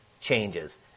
changes